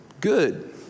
Good